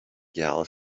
gal